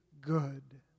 good